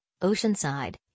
Oceanside